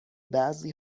بعضی